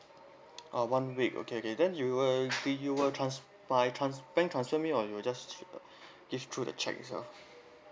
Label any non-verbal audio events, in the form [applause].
[noise] ah one week okay okay then you will be you will trans~ by trans~ bank transfer me or you just give through the cheque ah